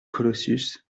colossus